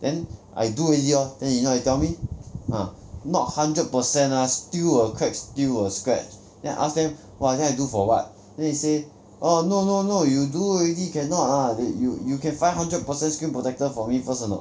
then I do already hor then you know what he tell me ah not hundred percent ah still will crack still will scratch then I ask them !wah! then I do for what then he say oh no no no you do already cannot ah you you you can find hundred percent screen protector for me first anot